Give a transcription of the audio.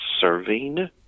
serving